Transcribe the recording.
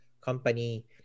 company